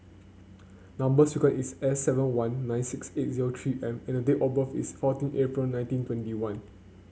number sequence is S seven one nine six eight zero three M and date of birth is fourteen April nineteen twenty one